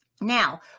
Now